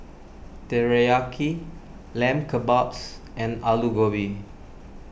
Teriyaki Lamb Kebabs and Alu Gobi